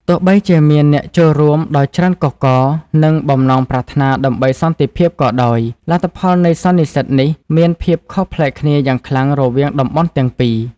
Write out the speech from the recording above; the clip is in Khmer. ទោះបីជាមានអ្នកចូលរួមដ៏ច្រើនកុះករ និងបំណងប្រាថ្នាដើម្បីសន្តិភាពក៏ដោយ លទ្ធផលនៃសន្និសីទនេះមានភាពខុសប្លែកគ្នាយ៉ាងខ្លាំងរវាងតំបន់ទាំងពីរ។